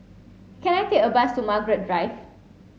can I take a bus to Margaret Drive